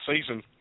season